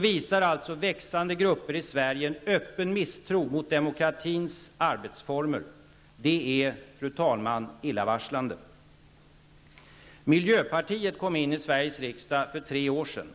visar alltså växande grupper i Sverige en öppen misstro mot demokratins arbetsformer. Det är, fru talman, illavarslande. Miljöpartiet kom in i Sveriges riksdag för tre år sedan.